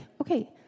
okay